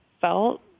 felt